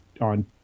on